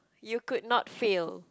you could not fail